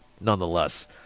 nonetheless